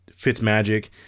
Fitzmagic